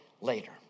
later